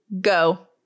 Go